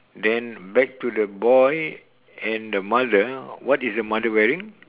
then back to the boy and the mother what is the mother wearing